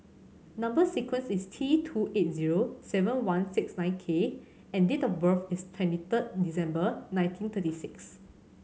number sequence is T two eight zero seven one six nine K and date of birth is twenty third December nineteen thirty six